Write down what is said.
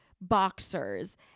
boxers